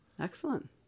Excellent